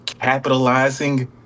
capitalizing